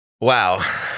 Wow